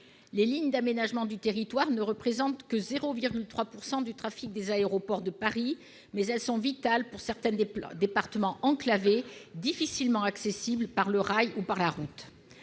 Les lignes d'aménagement du territoire ne représentent que 0,3 % du trafic des aéroports de Paris, mais elles sont vitales pour certains départements enclavés, difficilement accessibles par le rail ou la route.